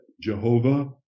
Jehovah